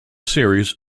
series